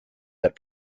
that